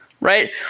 right